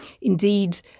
indeed